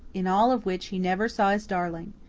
in all of which he never saw his darling.